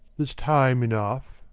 there's time enough.